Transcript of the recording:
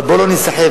אבל בואו לא ניסחף.